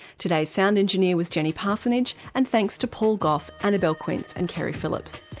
today's sound engineer was jenny parsonage and thanks to paul gough, annabelle quince and keri phillips.